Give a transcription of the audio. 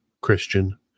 Christian